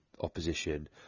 opposition